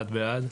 הצבעה בעד,